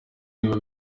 niba